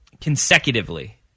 consecutively